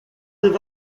live